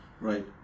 Right